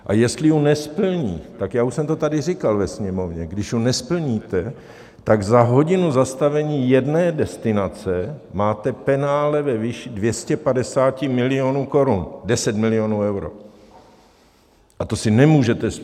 A jestli ji nesplní, už jsem to tady říkal ve Sněmovně, když ji nesplníte, tak za hodinu zastavení jedné destinace máte penále ve výši 250 milionů Kč, 10 milionů euro, a to si nemůžete dovolit.